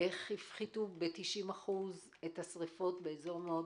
איך הפחיתו ב-90% את השריפות באזור מאוד